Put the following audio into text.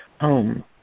home